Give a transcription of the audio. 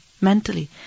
mentally